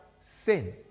sin